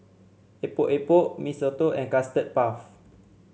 Epok Epok Mee Soto and Custard Puff